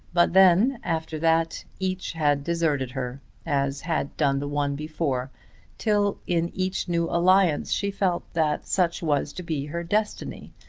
but then, after that, each had deserted her as had done the one before till in each new alliance she felt that such was to be her destiny,